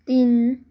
तिन